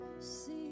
See